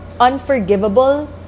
unforgivable